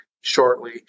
shortly